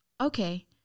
Okay